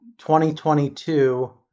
2022